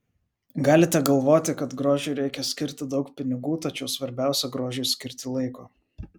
galite galvoti kad grožiui reikia skirti daug pinigų tačiau svarbiausia grožiui skirti laiko